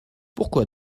pourquoi